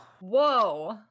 whoa